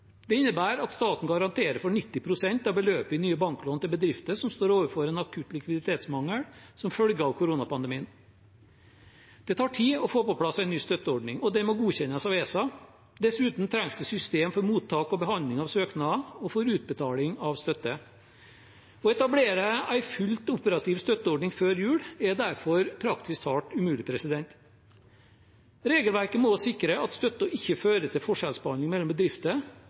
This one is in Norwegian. Det innebærer at staten garanterer for 90 pst. av beløpet i nye banklån til bedrifter som står overfor en akutt likviditetsmangel som følge av koronapandemien. Det tar tid å få på plass en ny støtteordning, og den må godkjennes av ESA. Dessuten trengs det systemer for mottak og behandling av søknader og for utbetaling av støtte. Å etablere en fullt operativ støtteordning før jul er derfor praktisk talt umulig. Regelverket må sikre at støtten ikke fører til forskjellsbehandling mellom bedrifter,